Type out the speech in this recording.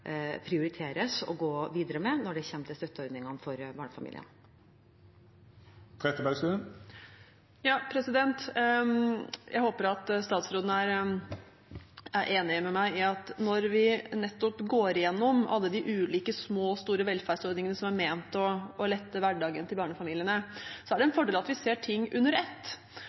håper at statsråden er enig med meg i at når vi nettopp går igjennom alle de ulike små og store velferdsordningene som er ment å lette hverdagen til barnefamiliene, er det en fordel at vi ser ting under ett,